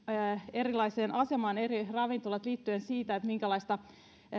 erilaiseen asemaan eri ravintolat riippuen siitä